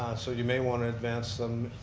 so you may want to advance them